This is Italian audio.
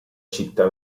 città